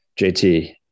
JT